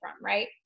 right